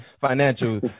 Financial